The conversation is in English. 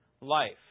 life